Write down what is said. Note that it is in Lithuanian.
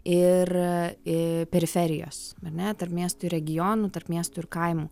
ir ii periferijos ar net tarp miestų regionų tarp miestų ir kaimų